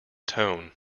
tone